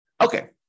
Okay